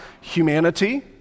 humanity